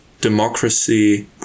democracy